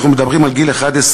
אנחנו מדברים על גיל 11,